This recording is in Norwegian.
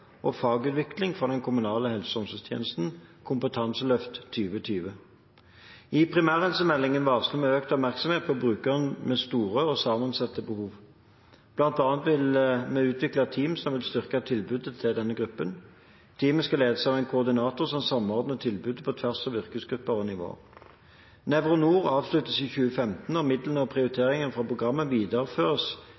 og fagutvikling for den kommunale helse- og omsorgstjenesten, Kompetanseløft 2020. I primærhelsemeldingen varsler vi økt oppmerksomhet på brukere med store og sammensatte behov. Blant annet vil vi utvikle team som vil styrke tilbudet til denne gruppen. Teamene skal ledes av en koordinator som samordner tilbudet på tvers av yrkesgrupper og nivå. NevroNor avsluttes i 2015, og midlene og prioriteringene fra programmet videreføres